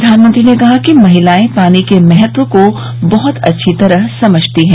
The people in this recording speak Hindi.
प्रधानमंत्री ने कहा कि महिलाएं पानी के महत्व को बहुत अच्छी तरह समझती हैं